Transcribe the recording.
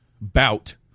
bout